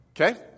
Okay